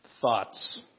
thoughts